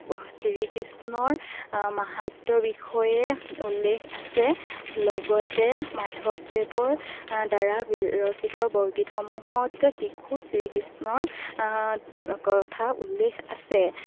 শ্ৰীকৃষ্ণৰ মাহত্যৰ বিষয়ে উল্লেখ আছে লগতে মাধৱদেৱৰ দ্বাৰা বিৰচিত বৰগীতসমূহত শিশু শ্ৰীকৃষ্ণৰ কথা উল্লেখ আছে